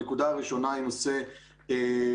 הנקודה הראשונה היא נושא החוזים.